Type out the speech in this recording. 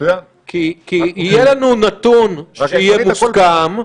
כי יהיה לנו נתון שיהיה מסוכם,